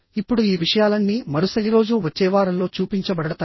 ఇప్పుడు ఈ విషయాలన్నీ మరుసటి రోజు వచ్చే వారంలో చూపించబడతాయి